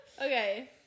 Okay